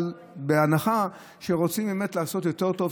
אבל בהנחה שרוצים באמת לעשות יותר טוב,